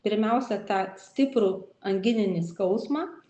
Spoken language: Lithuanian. pirmiausia tą stiprų angininį skausmą